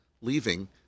leaving